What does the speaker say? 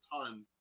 ton